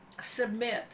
submit